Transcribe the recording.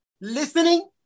listening